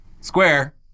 Square